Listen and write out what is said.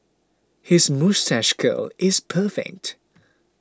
his moustache curl is perfect